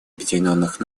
объединенных